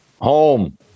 home